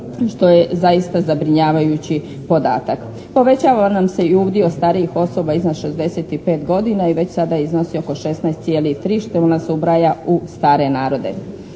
što je zaista zabrinjavajući podatak. Povećava nam se i udio starijih osoba iznad 65 godina i već sada iznosi od 16,3 što nas ubraja u stare narode.